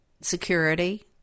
security